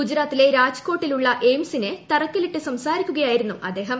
ഗുജ്യാ്ത്തിലെ രാജ്കോട്ടിലുള്ള എയിംസിന് തറക്കല്ലിട്ടു സംസ്ാരിക്കുകയായിരുന്നു അദ്ദേഹം